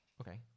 Okay